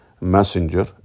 messenger